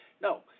No